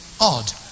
odd